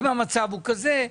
אם המצב הוא כזה,